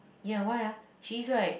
ya why ah she is right